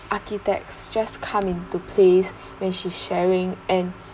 architects just come into place when she's sharing and